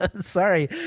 Sorry